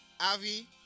Avi